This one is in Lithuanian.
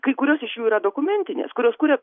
kai kurios iš jų yra dokumentinės kurios kuria